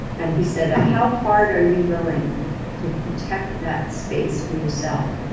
and he said, how hard are you willing to protect that space for yourself,